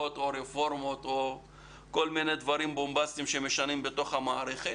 או רפורמות או כל מיני דברים בומבסטיים שמשנים בתוך המערכת,